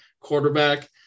quarterback